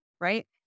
right